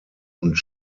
und